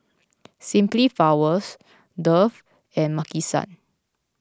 Simply Flowers Dove and Maki San